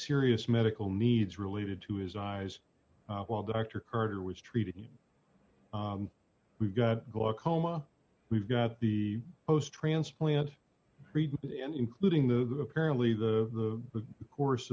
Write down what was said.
serious medical needs related to his eyes while dr carter was treating him we've got glaucoma we've got the most transplant freedom including the apparently the course